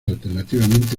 alternativamente